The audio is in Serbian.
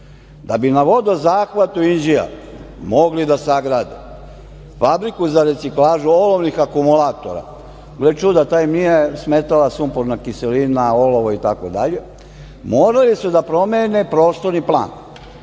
Da bi na vodozahvatu Inđija mogli da sagrade Fabriku za reciklažu olovnih akumulatora, gle čuda, tad vam nije smetala sumporna kiselina, olovo itd, morali su da promene prostorni plan,